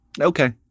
okay